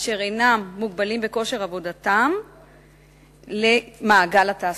אשר אינם מוגבלים בכושר עבודתם במעגל התעסוקה.